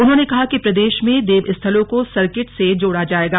उन्होंने कहा कि प्रदेश में देवस्थलों को सर्किट से जोड़ा जाएगा